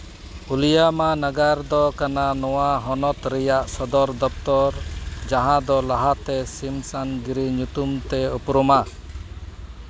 William ᱱᱟᱜᱟᱨ ᱫᱚ ᱠᱟᱱᱟ ᱱᱚᱣᱟ ᱦᱚᱱᱚᱛ ᱨᱮᱭᱟᱜ ᱥᱚᱫᱚᱨ ᱫᱚᱯᱛᱚᱨ ᱡᱟᱦᱟᱸ ᱫᱚ ᱞᱟᱦᱟᱛᱮ ᱥᱤᱢ ᱥᱟᱢᱜᱨᱤ ᱧᱩᱛᱩᱢ ᱛᱮ ᱩᱯᱨᱩᱢᱟ